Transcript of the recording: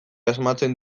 asmatzen